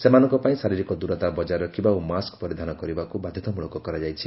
ସେମାନଙ୍କ ପାଇଁ ଶାରୀରିକ ଦୂରତା ବକ୍ତାୟ ରଖିବା ଓ ମାସ୍କ ପରିଧାନ କରିବାକୁ ବାଧ୍ୟତାମୂଳକ କରାଯାଇଛି